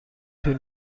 طول